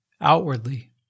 outwardly